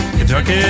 Kentucky